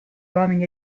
uomini